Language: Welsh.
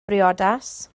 briodas